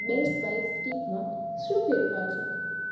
best buy સ્ટિકમાં શું ફેરફાર છે